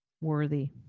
worthy